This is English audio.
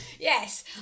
Yes